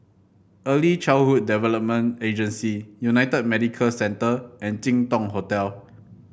Early Childhood Development Agency United Medicare Centre and Jin Dong Hotel